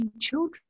children